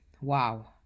wow